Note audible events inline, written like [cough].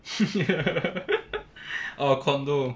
[laughs] or condominium